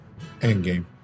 Endgame